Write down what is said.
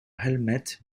helmet